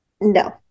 no